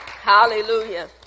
Hallelujah